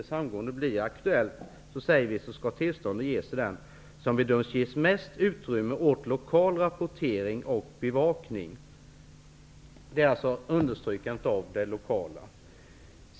Om samgående inte blir aktuellt skall tillstånd ges till dem som bedöms ge störst utrymme för lokal rapportering och bevakning. Detta är understrykandet av det lokala.